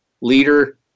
leader